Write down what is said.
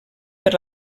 per